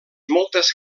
moltes